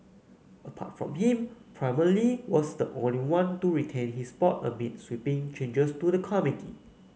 apart from him Premier Li was the only one to retain his spot amid sweeping changes to the committee